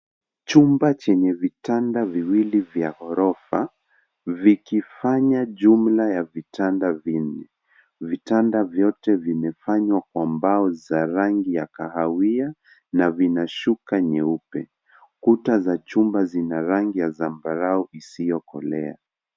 Chumba chenye vitanda viwili cha ghorofa vikifanya jumla ya vitanda vinne. Vitanda vyote vimefanywa kwa mbao ya rangi ya kahawia na vina shuka nyeupe. Kuta za nyumba zina rangi ya zambarau isiyokolea.